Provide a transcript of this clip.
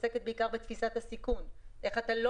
שעוסקת בעיקר בתפיסת הסיכון איך אתה לא